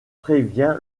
prévient